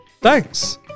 thanks